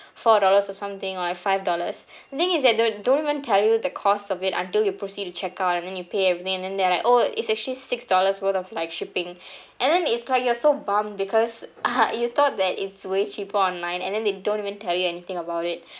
four dollars or something or like five dollars the thing is that they don't even tell you the cost of it until you proceed to checkout and then you pay everything and then they're like oh it's actually six dollars worth of like shipping and then it's like you're so bummed because you thought that it's way cheaper online and then they don't even tell you anything about it